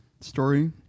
story